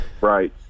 right